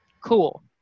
cool